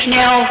now